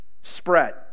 spread